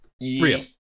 real